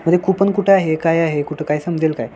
म्हणजे कुपन कुठं आहे काय आहे कुठं काय समजेल काय